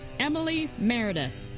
emily meredith.